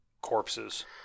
corpses